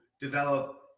develop